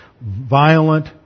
violent